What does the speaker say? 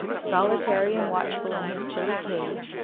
solitary and watchful in his chilly cage,